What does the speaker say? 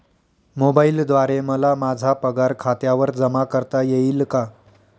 मोबाईलद्वारे मला माझा पगार खात्यावर जमा करता येईल का?